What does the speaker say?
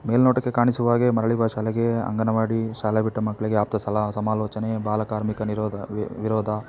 ಮೇಲ್ನೋಟಕ್ಕೆ ಕಾಣಿಸುವ ಹಾಗೆ ಮರಳಿ ಬಾ ಶಾಲೆಗೆ ಅಂಗನವಾಡಿ ಶಾಲೆ ಬಿಟ್ಟ ಮಕ್ಕಳಿಗೆ ಆಪ್ತ ಸಲಾ ಸಮಾಲೋಚನೆ ಬಾಲಕಾರ್ಮಿಕ ವಿರೋಧ ವೆ ವಿರೋಧ